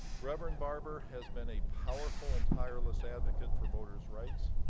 reverend barber has been a powerful and tireless advocate for voters rights,